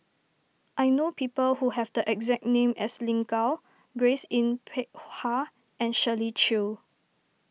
I know people who have the exact name as Lin Gao Grace Yin Peck Ha and Shirley Chew